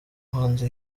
hanze